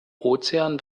ozean